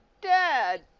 Dad